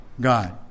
God